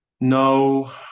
no